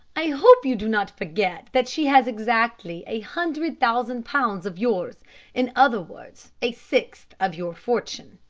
i hope you do not forget that she has exactly a hundred thousand pounds of yours in other words, a sixth of your fortune.